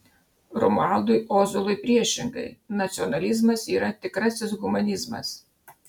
romualdui ozolui priešingai nacionalizmas yra tikrasis humanizmas